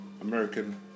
American